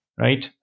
Right